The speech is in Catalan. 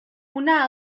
una